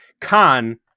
Khan